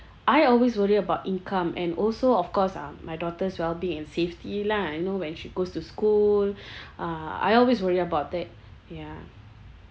I always worry about income and also of course ah my daughter's wellbeing in safety lah you know when she goes to school uh I always worry about that ya